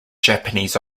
japanese